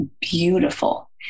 beautiful